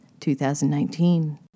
2019